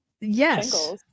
Yes